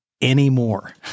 anymore